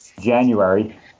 january